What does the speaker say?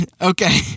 Okay